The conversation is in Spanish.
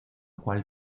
cual